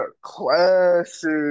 classic